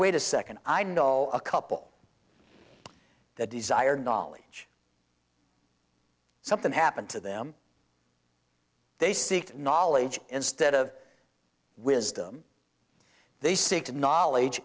wait a second i know a couple that desire knowledge something happened to them they seek knowledge instead of wisdom they seek knowledge